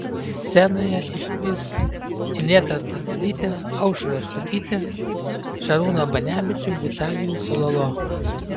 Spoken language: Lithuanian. scenoje išvys inetą stasiulytę aušrą štukytę šarūną banevičių vitalijų cololo